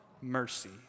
mercy